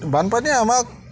বানপানীয়ে আমাক